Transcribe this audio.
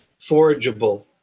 forageable